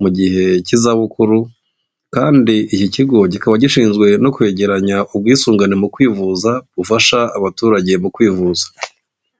mu gihe cy'izabukuru, kandi iki kigo kikaba gishinzwe no kwegeranya ubwisungane mu kwivuza, bufasha abaturage mu kwivuza.